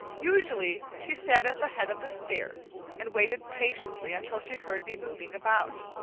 usually she sat at the head of the stairs and waited patiently until she heard me moving about.